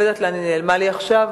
לא יודעת לאן היא נעלמה לי עכשיו.